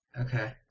Okay